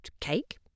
cake